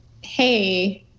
hey